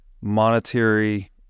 monetary